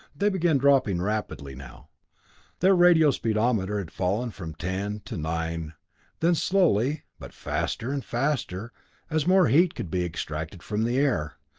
they began dropping rapidly now their radio-speedometer had fallen from ten to nine then slowly, but faster and faster as more heat could be extracted from the air,